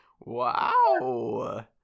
wow